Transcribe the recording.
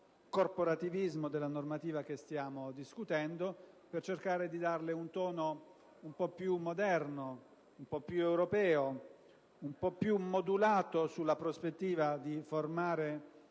di corporativismo della normativa su cui stiamo discutendo, per cercare di darle un tono più moderno, più europeo, più modulato sulla prospettiva di formare